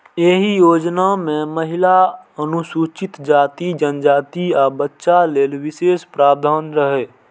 एहि योजना मे महिला, अनुसूचित जाति, जनजाति, आ बच्चा लेल विशेष प्रावधान रहै